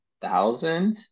thousand